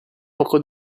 poco